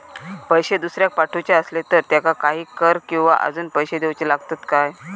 पैशे दुसऱ्याक पाठवूचे आसले तर त्याका काही कर किवा अजून पैशे देऊचे लागतत काय?